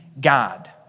God